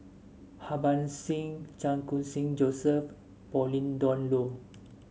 Harbans Singh Chan Khun Sing Joseph and Pauline Dawn Loh